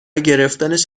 گرفتنش